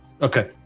Okay